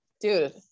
Dude